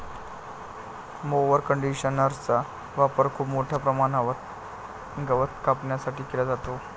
mower कंडिशनरचा वापर खूप मोठ्या प्रमाणात गवत कापण्यासाठी केला जातो